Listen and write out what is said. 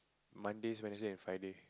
Mondays Wednesday and Friday